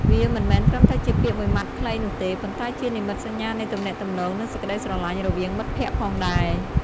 វាមិនមែនត្រឹមតែជាពាក្យមួយម៉ាត់ខ្លីនោះទេ ប៉ុន្តែជានិមិត្តសញ្ញានៃទំនាក់ទំនង និងសេចក្ដីស្រលាញ់រវាងមិត្តភក្ដិផងដែរ។